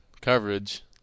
coverage